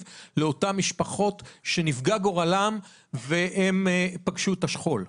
לאותן משפחות שנפגע גורלם והם פגשו את השכול.